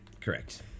correct